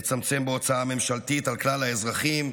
לצמצם בהוצאה ממשלתית על כלל האזרחים,